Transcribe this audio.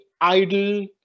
idle